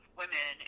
women